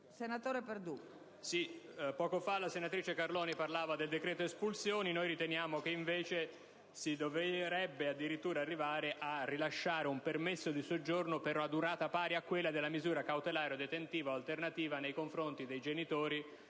Signora Presidente, poco fa la senatrice Carloni parlava del decreto espulsioni; noi riteniamo che invece si dovrebbe addirittura arrivare a rilasciare un permesso di soggiorno per una durata pari a quella della misura cautelare o detentiva o alternativa nei confronti dei genitori,